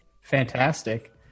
Fantastic